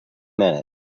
minute